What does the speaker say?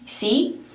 See